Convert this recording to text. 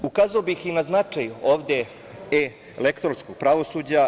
Ukazao bih i na značaj elektronskog pravosuđa.